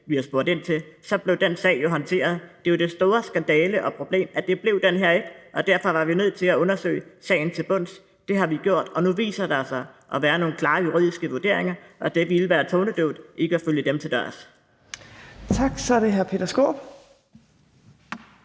bliver spurgt ind til, så blev den sag jo håndteret. Det er jo den store skandale og problem, at det blev den her ikke, og derfor var vi nødt til at undersøge sagen til bunds. Det har vi gjort, og nu viser der sig at være nogle klare juridiske vurderinger, og det ville være tonedøvt ikke at følge dem til dørs. Kl. 12:07 Fjerde